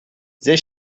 they